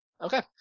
Okay